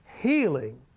Healing